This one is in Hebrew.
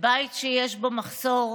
בבית שיש בו מחסור,